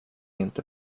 inte